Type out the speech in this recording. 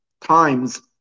times